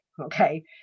okay